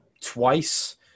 twice